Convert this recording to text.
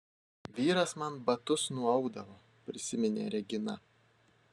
vyras man batus nuaudavo prisiminė regina